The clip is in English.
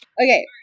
Okay